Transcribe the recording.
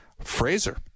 Fraser